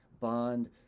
bond